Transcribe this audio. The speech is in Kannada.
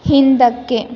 ಹಿಂದಕ್ಕೆ